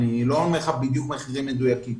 אני לא אומר לך בדיוק מחירים מדויקים.